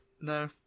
no